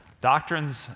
doctrines